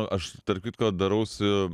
aš tarp kitko darausi